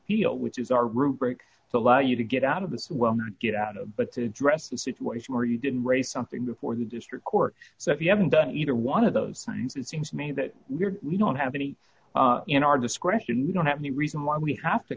appeal which is our route break the law you to get out of this well get out of but to address the situation where you didn't raise something before the district court so if you haven't done either one of those things it seems to me that you don't have any in our discretion you don't have any reason why we have to